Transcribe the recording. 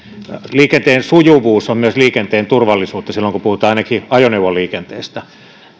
liikenteen sujuvuus on myös liikenteen turvallisuutta ainakin silloin kun puhutaan ajoneuvoliikenteestä